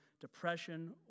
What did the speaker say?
depression